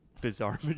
Bizarre